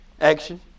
action